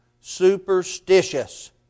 superstitious